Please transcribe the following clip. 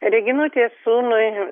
reginutės sūnui